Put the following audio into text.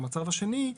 המצב השני,